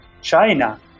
China